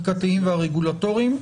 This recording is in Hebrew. החקיקתיים והרגולטוריים,